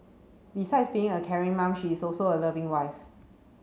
besides being a caring mom she is also a loving wife